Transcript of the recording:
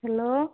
hello